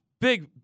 Big